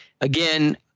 Again